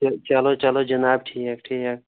تیٚلہِ چلو چلو جِناب ٹھیٖک ٹھیٖک